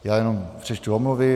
Já jenom přečtu omluvy.